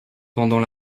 pendant